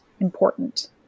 important